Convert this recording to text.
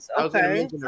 okay